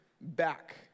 back